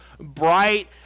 bright